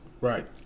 Right